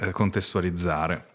contestualizzare